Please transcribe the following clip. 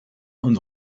und